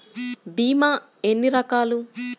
భీమ ఎన్ని రకాలు?